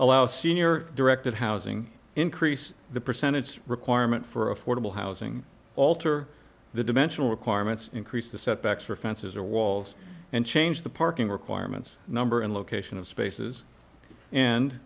allow senior directed housing increase the percentage requirement for affordable housing alter the dimensional requirements increase the setbacks for fences or walls and change the parking requirements number and location of spaces and